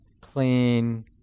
clean